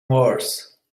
worse